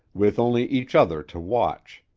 with only each other to watch,